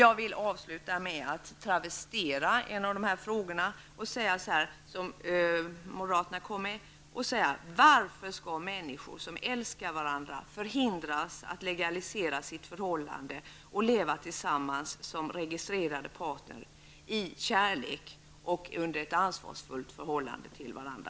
Jag vill avsluta med att travestera en av de frågor som moderaterna ställde: Varför skall människor som älskar varandra förhindras att legalisera sitt förhållande och leva tillsammans som registrerade partners i kärlek och under ett ansvarsfullt förhållande till varandra?